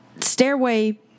Stairway